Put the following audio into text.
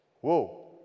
whoa